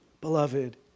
beloved